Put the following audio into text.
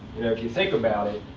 if you think about it,